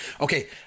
Okay